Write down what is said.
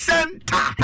Center